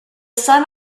son